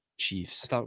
Chiefs